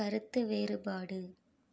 கருத்து வேறுபாடு